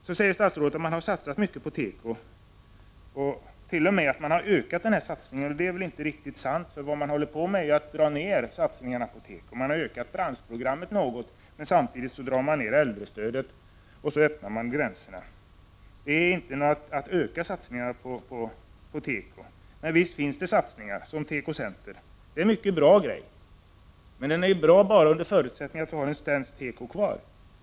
Statsrådet säger att man har satsat mycket på tekoindustrin och t.o.m. att man har ökat den satsningen. Det är väl inte riktigt sant. Det man håller på med är ju att dra ner satsningarna på teko. Man har ökat branschprogrammet något, men samtidigt drar man ner äldrestödet och öppnar gränserna. Det är inte att öka satsningarna på teko. Men visst finns det satsningar, exempelvis Teko-Center. Det är en mycket bra sak, men den är bra bara under förutsättning att vi har svensk teko kvar.